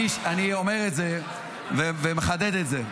אני אומר את זה ומחדד את זה,